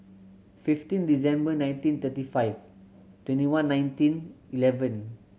fifteen December nineteen thirty five twenty one nineteen eleven